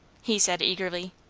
he said eagerly.